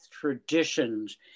traditions